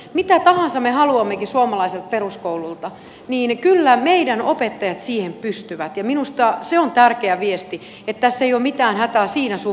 mitä tahansa me haluammekin suomalaiselta peruskoululta niin kyllä meidän opettajat siihen pystyvät ja minusta se on tärkeä viesti että tässä ei ole mitään hätää siinä suhteessa